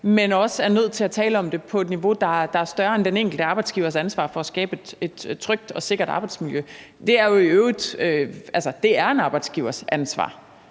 men også er nødt til at tale om det på et niveau, der er større end den enkelte arbejdsgivers ansvar for at skabe et trygt og sikkert arbejdsmiljø. Altså, det er en arbejdsgivers ansvar,